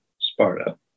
Sparta